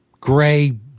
gray